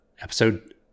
Episode